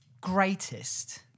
greatest